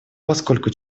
поскольку